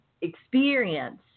experience